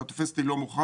אתה תופס אותי לא מוכן.